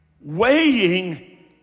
weighing